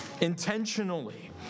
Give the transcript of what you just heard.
intentionally